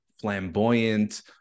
flamboyant